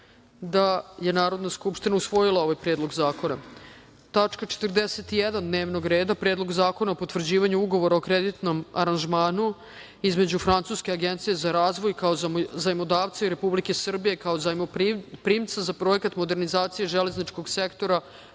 poslanika. Narodna skupština je usvojila Predlog zakona.41. tačka dnevnog reda - Predlog zakona o potvrđivanju Ugovora o kreditnom aranžmanu br. CRS1028 01 G između Francuske agencije za razvoj, kao zajmodavca i Republike Srbije, kao zajmoprimca za Projekat modernizacije železničkog sektora